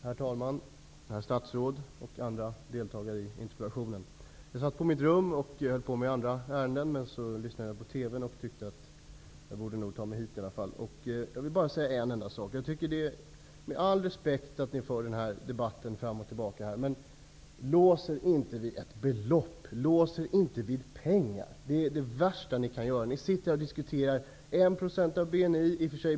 Herr talman! Herr statsråd och andra deltagare i interpellationsdebatten! Jag satt på mitt rum och arbetade med andra ämnen. Men så lyssnade jag på debatten på vår intern-TV, och jag tyckte att jag borde nog ta mig till kammaren i alla fall. Jag har all respekt för att ni för denna debatt fram och tillbaka här. Men lås er inte vid ett belopp, och lås er inte vid pengar! Det är det värsta ni kan göra. Ni diskuterar här en summa om 1 % av BNI.